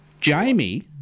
Jamie